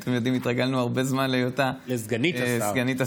ואתם תשיבו "מתחייב אני" או "מתחייבת אני".